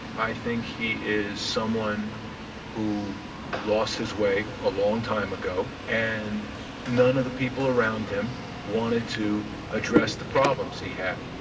i think he is someone who lost his way a long time ago and none of the people around him wanted to address the problems he had.